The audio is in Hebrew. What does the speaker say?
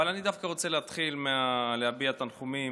אבל אני דווקא רוצה להתחיל מלהביע תנחומים